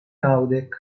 naŭdek